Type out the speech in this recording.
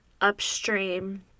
upstream